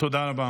תודה רבה.